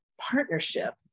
partnership